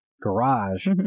garage